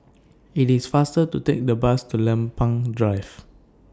IT IS faster to Take The Bus to Lempeng Drive